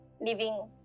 living